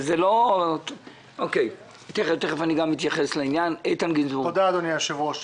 איתן גינזבורג.